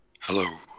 Hello